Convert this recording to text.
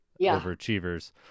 overachievers